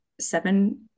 seven